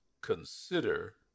consider